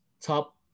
top